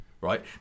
right